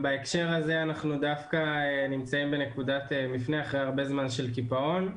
בהקשר הזה אנחנו דווקא נמצאים בנקודת מפנה אחרי הרבה זמן של קיפאון.